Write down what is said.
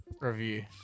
review